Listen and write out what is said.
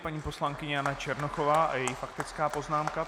Paní poslankyně Jana Černochová a její faktická poznámka.